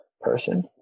person